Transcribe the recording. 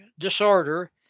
disorder